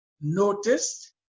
noticed